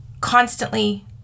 constantly